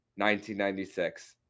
1996